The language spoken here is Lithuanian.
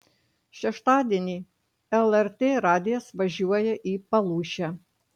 šeštadienį lrt radijas važiuoja į palūšę